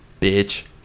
Bitch